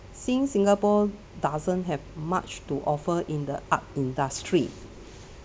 since singapore doesn't have much to offer in the art industry